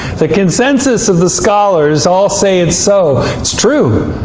the consensus of the scholars all say it's so. it's true!